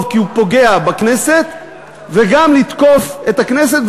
כי הוא פוגע בכנסת וגם לתקוף את הכנסת,